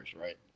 right